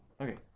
Okay